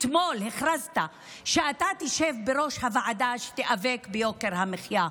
אתמול הכרזת שאתה תשב בראש הוועדה שתיאבק ביוקר המחיה.